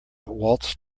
waltzed